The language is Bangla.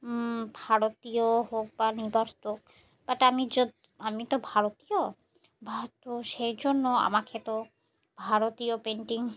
ভারতীয় হোক বা নিবাসী হোক বাট আমি যে আমি তো ভারতীয় বা তো সেই জন্য আমার তো ভারতীয় পেন্টিং